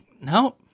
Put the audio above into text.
no